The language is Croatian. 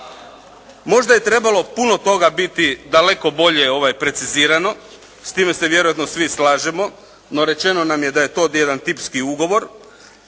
možda je trebamo puno toga biti daleko bolje precizirano, s time se vjerojatno svi slažemo, no rečeno nam je da je to jedan tipski ugovor,